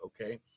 Okay